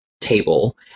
table